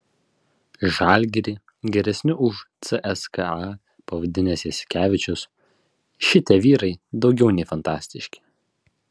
žalgirį geresniu už cska pavadinęs jasikevičius šitie vyrai daugiau nei fantastiški